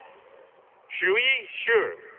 chewie sure